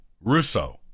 Russo